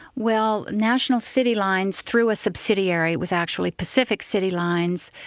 well national city lines, through a subsidiary, it was actually pacific city lines,